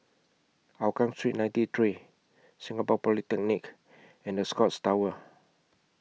Hougang Street ninety three Singapore Polytechnic and The Scotts Tower